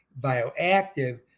bioactive